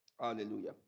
Hallelujah